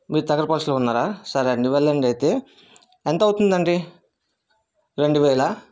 మీరు తగరపు వలస లో ఉన్నారా సరే అండి వెళ్ళండి అయితే ఎంతవుతుంది అండి రెండు వేలా